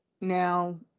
Now